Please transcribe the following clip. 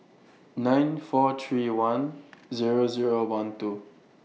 nine four three one Zero Zero one two